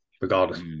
regardless